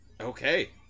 Okay